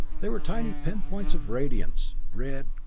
they were tiny pinpoints of radiance, red,